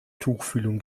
tuchfühlung